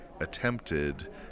attempted